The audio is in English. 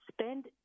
spend